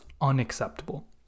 unacceptable